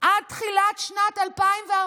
עד תחילת שנת 2014,